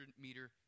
meter